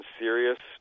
serious